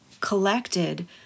collected